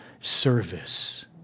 service